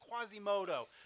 Quasimodo